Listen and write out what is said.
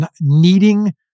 needing